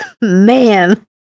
Man